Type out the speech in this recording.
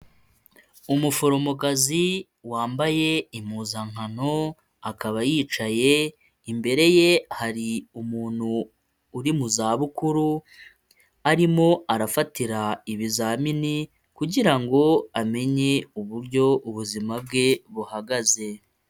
Umuforomokazi wambaye impuzankano akaba yicaye, imbere ye hari umuntu uri mu za bukuru arimo arafatira ibizamini kugira ngo amenye uburyo ubuzima bwe buhagaze.